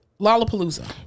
Lollapalooza